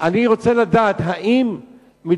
אני רוצה לדעת אם מדובר